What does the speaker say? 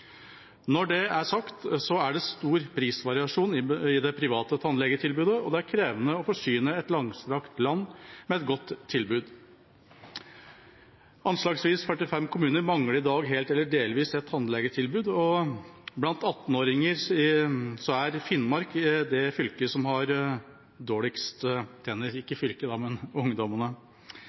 Når det er sagt, er det stor prisvariasjon i det private tannlegetilbudet, og det er krevende å forsyne et langstrakt land med et godt tilbud. Anslagsvis 45 kommuner mangler i dag helt eller delvis et tannlegetilbud, og 18-åringene i Finnmark er de 18-åringene i landet som har dårligst tenner. Geografiske avstander, lav befolkningstetthet og sosiokulturelle forskjeller vil ikke